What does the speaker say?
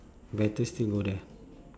better still go there